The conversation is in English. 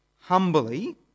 humbly